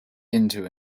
into